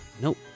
Nope